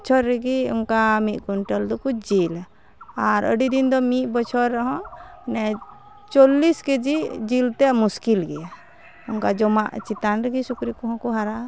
ᱵᱚᱪᱷᱚᱨ ᱨᱮᱜᱮ ᱚᱱᱠᱟ ᱢᱤᱫ ᱠᱩᱱᱴᱮᱞ ᱫᱚᱠᱚ ᱡᱤᱞᱟ ᱟᱨ ᱟᱹᱰᱤᱫᱤᱱᱫᱚ ᱢᱤᱫᱵᱚᱪᱷᱚᱨ ᱨᱮᱦᱚᱸ ᱚᱱᱮ ᱪᱚᱞᱞᱤᱥ ᱠᱮᱡᱤ ᱡᱤᱞᱛᱮ ᱢᱩᱥᱠᱤᱞ ᱜᱮᱭᱟ ᱚᱱᱠᱟ ᱡᱚᱢᱟᱜ ᱪᱮᱛᱟᱱᱨᱮᱜᱮ ᱥᱩᱠᱨᱤᱠᱚᱦᱚᱸ ᱠᱚ ᱦᱟᱨᱟᱜᱼᱟ